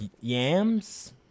yams